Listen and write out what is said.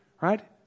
Right